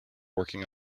working